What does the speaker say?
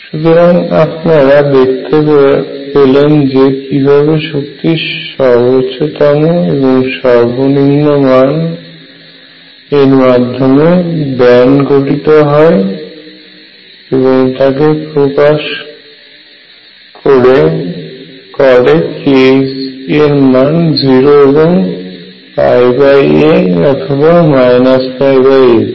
সুতরাং আপনারা দেখতে পেলেন যে কিভাবে শক্তির সর্বোচ্চ এবং সর্বনিম্ন মান এর মাধ্যমে ব্যান্ড গঠিত হয় তাকে প্রকাশ করে k এর মান 0 এবং π a অথবা a তে